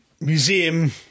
...museum